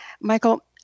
Michael